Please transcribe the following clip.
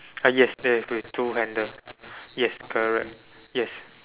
ah yes there is with two handle yes correct yes